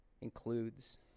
includes